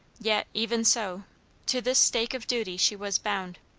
yet even so to this stake of duty she was bound.